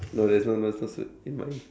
no there's no no s~ no suit do you mind